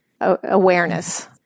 awareness